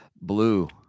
blue